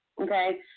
okay